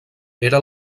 era